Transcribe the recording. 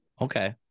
okay